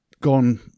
gone